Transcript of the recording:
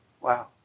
wow